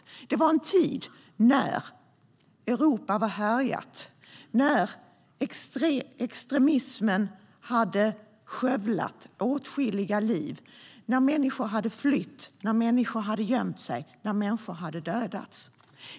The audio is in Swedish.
Det var en tid när Europa var härjat. Extremismen hade skövlat åtskilliga liv. Människor hade flytt, gömt sig och dödats.